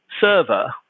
server